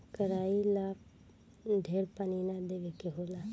कराई ला ढेर पानी ना देवे के होला